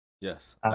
Yes